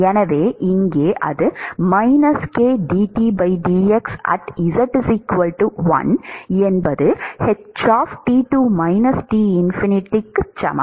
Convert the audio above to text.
எனவே இங்கே அது க்கு சமம்